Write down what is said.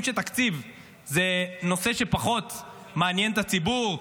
שתקציב זה נושא שפחות מעניין את הציבור?